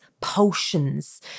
potions